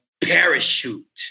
parachute